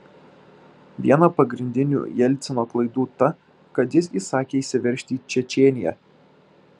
viena pagrindinių jelcino klaidų ta kad jis įsakė įsiveržti į čečėniją